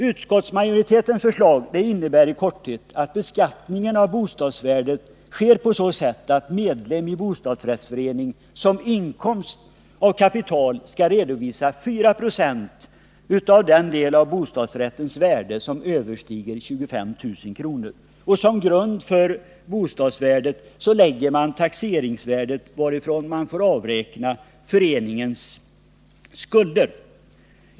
Utskottsmajoritetens förslag innebär i korthet att beskattningen av bostadsvärdet sker på så sätt att medlem i bostadsrättsförening såsom inkomst av kapital skall redovisa 4 96 av den del av bostadsrättens värde som överstiger 25000 kr. Som grund för bostadsvärdet läggs fastighetens taxeringsvärde, varifrån man får avräkna föreningens skulder.